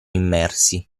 immersi